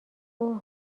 اوه